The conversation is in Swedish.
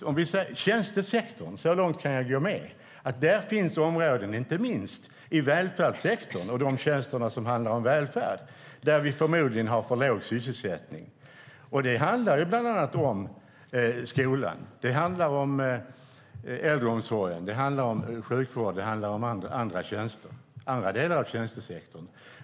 Inom tjänstesektorn - så långt kan jag gå med på det - finns det områden, inte minst inom välfärdssektorn, där vi förmodligen har för låg sysselsättning. Det handlar bland annat om skolan, äldreomsorgen, sjukvården och andra delar av tjänstesektorn.